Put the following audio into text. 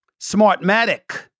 Smartmatic